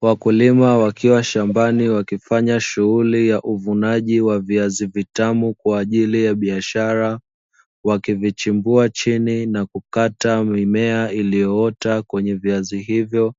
Wakulima wakiwa shambani wakifanya shughuli ya uvunaji wa viazi vitamu kwa ajili ya biashara, wakivichimbua chini na kukata mimea iliyoota kwenye viazi hivyo,